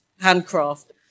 handcraft